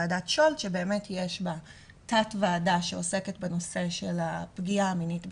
שבאמת יש בה תת ועדה שעוסקת בנושא של הפגיעה המינית בקטינים,